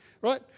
Right